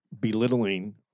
belittling